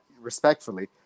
respectfully